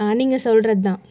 ஆ நீங்கள் சொல்கிறது தான்